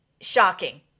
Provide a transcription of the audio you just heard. shocking